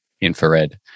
infrared